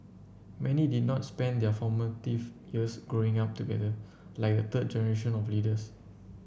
many did not spend their formative years Growing Up together like the third generation of leaders